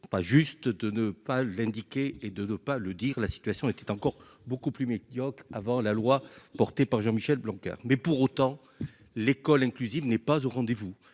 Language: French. pas juste de ne pas l'indiquer et de de pas le dire, la situation était encore beaucoup plus médiocre avant la loi portée par Jean-Michel Blanquer, mais pour autant, l'école inclusive n'est pas au rendez-vous,